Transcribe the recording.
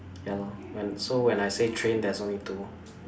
ya lor when so when I say train there's only two